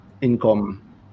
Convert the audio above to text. income